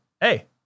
hey